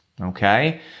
Okay